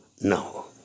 now